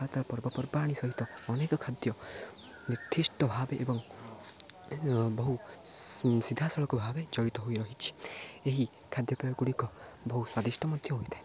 ଆଉ ତା' ପର୍ବପର୍ବାଣି ସହିତ ଅନେକ ଖାଦ୍ୟ ନିର୍ଦ୍ଧିଷ୍ଟ ଭାବେ ଏବଂ ବହୁ ସିଧାସଳଖ ଭାବେ ଜଡ଼ିତ ହୋଇ ରହିଛି ଏହି ଖାଦ୍ୟପେୟ ଗୁଡ଼ିକ ବହୁ ସ୍ୱାଦିଷ୍ଟ ମଧ୍ୟ ହୋଇଥାଏ